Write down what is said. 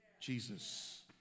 Jesus